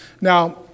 Now